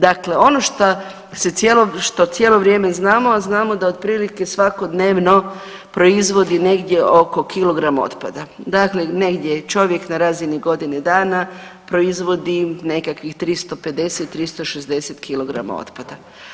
Dakle, ono što cijelo vrijeme znamo, a znamo da otprilike svakodnevno proizvodi negdje oko kilogram otpada, dakle negdje čovjek na razini godine dana proizvodi nekakvih 350, 360 kg otpada.